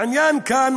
העניין כאן,